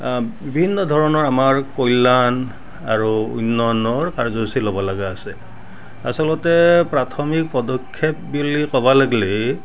বিভিন্ন ধৰণৰ আমাৰ কল্যাণ আৰু উন্নয়নৰ কাৰ্য্যসূচী ল'ব লগা আছে আচলতে প্ৰাথমিক পদক্ষেপ বুলি ক'বা লাগলে